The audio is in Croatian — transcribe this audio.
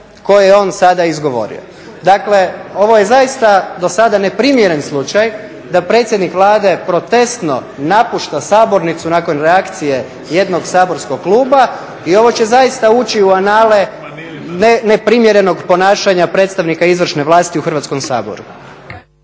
koje je on sada izgovorio. Dakle, ovo je zaista do sada neprimjeren slučaj da predsjednik Vlade protestno napušta sabornicu nakon reakcije jednog saborskog kluba i ovo će zaista ući u anale neprimjerenog ponašanja predstavnika izvršne vlasti u Hrvatskom saboru.